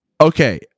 Okay